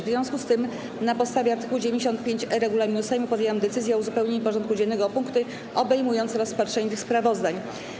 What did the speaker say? W związku z tym, na podstawie art. 95e regulaminu Sejmu, podjęłam decyzję o uzupełnieniu porządku dziennego o punkty obejmujące rozpatrzenie tych sprawozdań.